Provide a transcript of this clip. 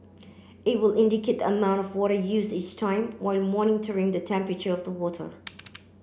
it will indicate the amount of water used each time while monitoring the temperature of the water